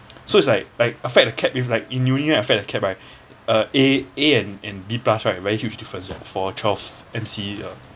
so it's like like affect the CAP if like in uni right affect the cap right uh A and and B plus right very huge difference eh for twelve MC uh